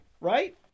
right